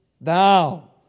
thou